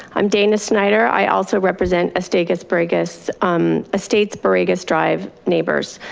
i'm dana snyder, i also represent estates borregas um estates borregas drive neighbors.